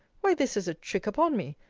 why, this is a trick upon me!